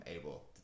able